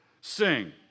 sing